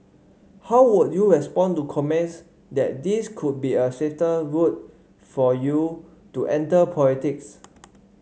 how would you respond to comments that this could be a safer route for you to enter politics